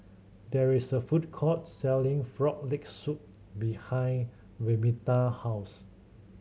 there's a food court selling Frog Leg Soup behind Vernita house